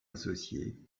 associé